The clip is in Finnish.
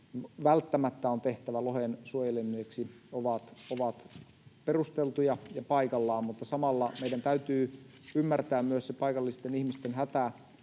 välttämättä on tehtävä lohen suojelemiseksi, ovat perusteltuja ja paikallaan. Mutta samalla meidän täytyy ymmärtää myös se paikallisten ihmisten hätä